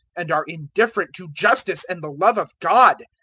and are indifferent to justice and the love of god.